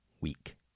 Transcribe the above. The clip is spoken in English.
week